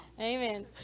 Amen